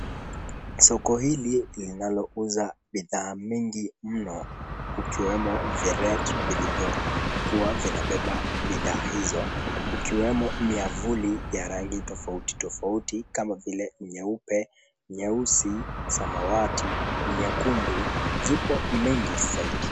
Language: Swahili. Soko hili linalouza bidhaa mengi mno kukiwemo viret vilivyokuwa vinabeba bidhaa hizo kukiwemo miavuli vya rangi tofauti tofauti kama vile, nyeupe, nyeusi, samawati, nyekundu. Zipo mengi zaidi.